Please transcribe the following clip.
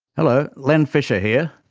hello, len fisher here.